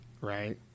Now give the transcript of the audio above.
Right